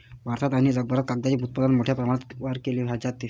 भारतात आणि जगभरात कागदाचे उत्पादन मोठ्या प्रमाणावर केले जाते